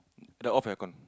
then off aircon